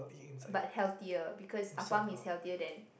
but healthier because appam is healthier than